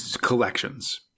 collections